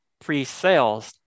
pre-sales